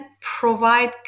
provide